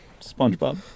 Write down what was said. SpongeBob